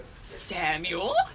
Samuel